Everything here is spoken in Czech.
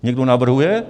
Někdo navrhuje?